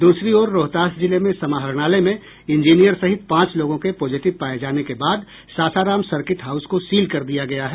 द्रसरी ओर रोहतास जिले में समाहरणालय में इंजीनियर सहित पांच लोगों के पॉजिटिव पाये जाने के बाद सासाराम सर्किट हाऊस को सील कर दिया गया है